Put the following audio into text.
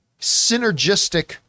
synergistic